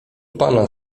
pana